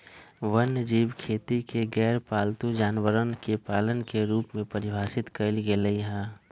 वन्यजीव खेती के गैरपालतू जानवरवन के पालन के रूप में परिभाषित कइल गैले है